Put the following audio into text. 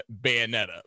Bayonetta